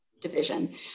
division